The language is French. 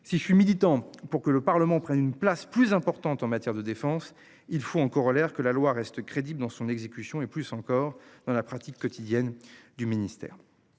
Si je suis militant pour que le parlement prenne une place plus importante en matière de défense, il faut en corollaire, que la loi reste crédible dans son exécution et plus encore dans la pratique quotidienne du ministère.